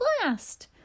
blast